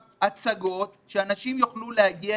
הצגות או הופעות שאנשים יוכלו להגיע